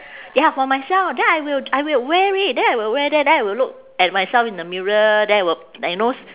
ya for myself then I will I will wear it then I will wear them then I will look at myself in the mirror then I will like you knows